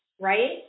right